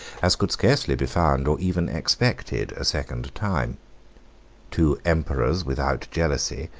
as could scarcely be found or even expected a second time two emperors without jealousy,